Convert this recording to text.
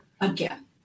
again